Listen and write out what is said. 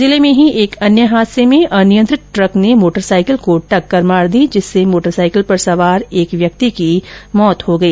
जिले में ही एक अन्य हादसे में अनियंत्रित ट्रक ने मोटरसाईकिल को टक्कर मार दी जिससे मोटरसाईकिल पर सवार एक व्यक्ति की मौत हो गई